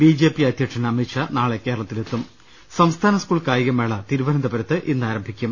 B J P അധ്യക്ഷൻ അമിത് ഷാ നാളെ കേരളത്തിലെത്തും സംസ്ഥാന സ്കൂൾ കായികമേള തിരുവനന്തപുരത്ത് ഇന്ന് ആരംഭിക്കും